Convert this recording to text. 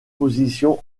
positions